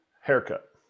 haircut